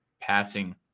passing